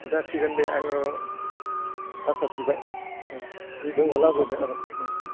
जासिगोन दे आङो आसा थिबाय जि दङ लाबोदो